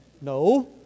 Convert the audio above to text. No